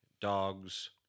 dogs